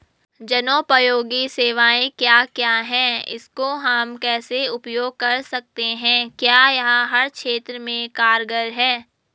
जनोपयोगी सेवाएं क्या क्या हैं इसको हम कैसे उपयोग कर सकते हैं क्या यह हर क्षेत्र में कारगर है?